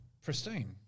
pristine